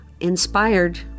inspired